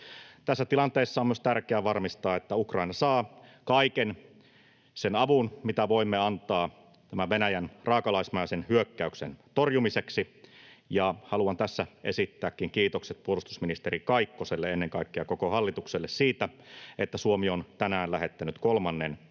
Tässä tilanteessa on myös tärkeää varmistaa, että Ukraina saa kaiken sen avun, mitä voimme antaa tämän Venäjän raakalaismaisen hyökkäyksen torjumiseksi, ja haluan tässä esittääkin kiitokset puolustusministeri Kaikkoselle ja ennen kaikkea koko hallitukselle siitä, että Suomi on tänään lähettänyt kolmannen